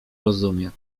rozumie